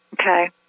Okay